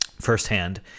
firsthand